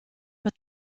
but